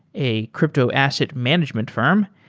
a crypto asset management firm,